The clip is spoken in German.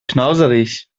knauserig